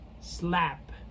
slap